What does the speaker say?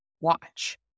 watch